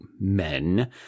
men